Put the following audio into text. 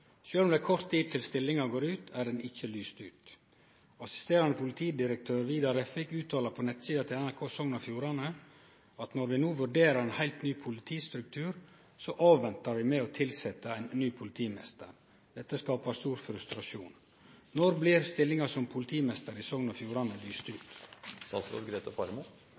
om det er kort tid til stillinga går ut, er ho ikkje lyst ut. Assisterande politidirektør Vidar Refvik uttalar på nettsida til NRK Sogn og Fjordane at når vi no vurderer ein heilt ny politistruktur, så ventar vi med å tilsetje ein ny politimeister. Dette skapar stor frustrasjon. Når blir stillinga som politimeister i Sogn og Fjordane lyst ut?»